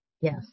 yes